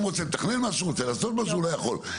אדם רוצה לתכנן משהו או לעשות משהו, והוא לא יכול.